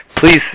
please